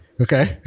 okay